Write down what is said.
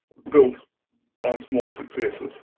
build on small successes.